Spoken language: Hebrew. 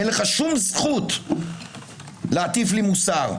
אין לך שום זכות להטיף לי מוסר.